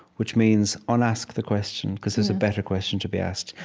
which means, un-ask the question because there's a better question to be asked.